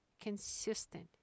consistent